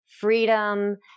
freedom